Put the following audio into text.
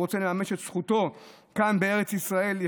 רוצה לממש את זכותו לחיות כאן בארץ ישראל.